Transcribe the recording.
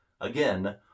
Again